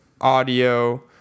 audio